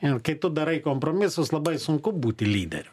ir kai tu darai kompromisus labai sunku būti lyderiu